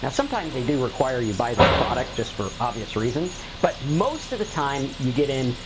and sometimes they do require you buy their product just for obvious reasons but most of the time, you get in